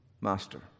master